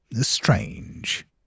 strange